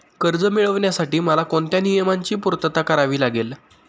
कर्ज मिळविण्यासाठी मला कोणत्या नियमांची पूर्तता करावी लागेल?